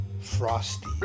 Frosty